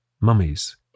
Mummies